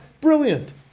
Brilliant